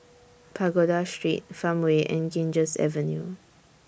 Pagoda Street Farmway and Ganges Avenue